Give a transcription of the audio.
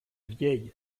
vieille